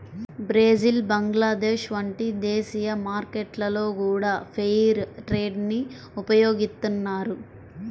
Brazil Bangladesh వంటి దేశీయ మార్కెట్లలో గూడా ఫెయిర్ ట్రేడ్ ని ఉపయోగిత్తన్నారు